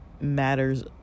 matters